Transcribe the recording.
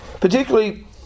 particularly